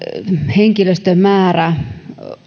henkilöstömäärä